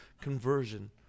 conversion